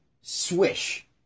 swish